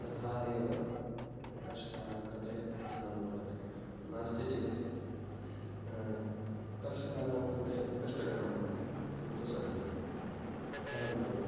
तथा एव कर्षकाणां कृते धनं लभ्यते नास्ति चेत् कर्षकाणां कृते क्लिष्टकरं भवति तत्तु सत्यं परन्तु